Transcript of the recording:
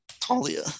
Talia